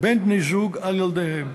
בין בני-זוג על ילדיהם.